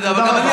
תודה רבה.